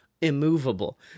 immovable